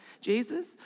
Jesus